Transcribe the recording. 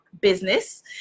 business